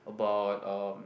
about um